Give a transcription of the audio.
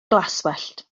glaswellt